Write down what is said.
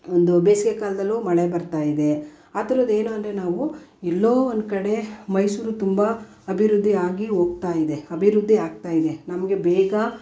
ಒಂದು ಬೇಸಿಗೆಕಾಲ್ದಲ್ಲೂ ಮಳೆ ಬರ್ತಾಯಿದೆ ಅದರದ್ದೇನು ಅಂದರೆ ನಾವು ಎಲ್ಲೋ ಒಂದುಕಡೆ ಮೈಸೂರು ತುಂಬ ಅಭಿವೃದ್ಧಿ ಆಗಿ ಹೋಗ್ತಾಯಿದೆ ಅಭಿವೃದ್ಧಿ ಆಗ್ತಾಯಿದೆ ನಮಗೆ ಬೇಗ